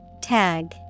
Tag